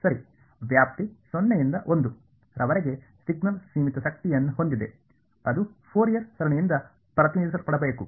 ಸರಿ ವ್ಯಾಪ್ತಿ ಸೊನ್ನೆ ಇಂದ ಒಂದು ರವರೆಗೆ ಸಿಗ್ನಲ್ ಸೀಮಿತ ಶಕ್ತಿಯನ್ನು ಹೊಂದಿದೆ ಅದು ಫೋರಿಯರ್ ಸರಣಿಯಿಂದ ಪ್ರತಿನಿಧಿಸಲ್ಪಡಬೇಕು